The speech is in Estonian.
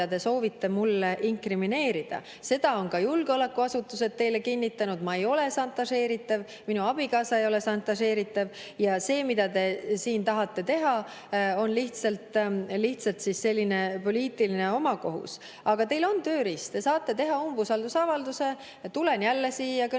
te soovite mulle inkrimineerida. Seda on ka julgeolekuasutused teile kinnitanud: ma ei ole šantažeeritav, minu abikaasa ei ole šantažeeritav. See, mida te tahate teha, on lihtsalt poliitiline omakohus. Aga teil on tööriist, te saate teha umbusaldusavalduse. Tulen jälle siia kõnepulti,